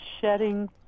shedding